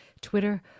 Twitter